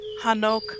Hanok